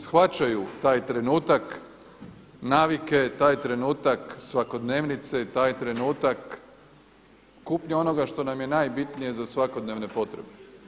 Shvaćaju taj trenutak navike, taj trenutak svakodnevnice i taj trenutak kupnje onoga što nam je najbitnije za svakodnevne potrebe.